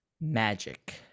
Magic